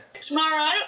Tomorrow